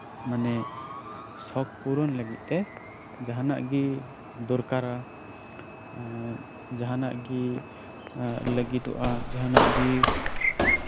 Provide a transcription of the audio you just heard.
ᱥᱚᱠᱷ ᱯᱩᱨᱚᱱ ᱞᱟᱹᱜᱤᱫᱛᱮ ᱡᱟᱸᱦᱟᱱᱟᱜ ᱜᱮ ᱫᱚᱨᱠᱟᱨᱟ ᱡᱟᱸᱦᱟᱱᱟᱜ ᱜᱮ ᱞᱟᱹᱜᱤᱫᱚᱜᱼᱟ ᱡᱟᱸᱦᱟᱱᱟᱜ ᱜᱮ